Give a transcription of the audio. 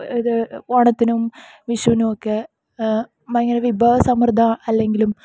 ഇത് ഓണത്തിനും വിഷുവിനുമൊക്കെ ഭയങ്കര വിഭവ സമർത്ഥം അല്ലെങ്കിലും